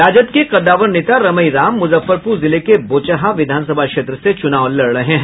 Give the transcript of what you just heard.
राजद के कद्दावर नेता रमई राम मुजफ्फरपुर जिले के बोचहां विधानसभा क्षेत्र से चुनाव लड़ रहे हैं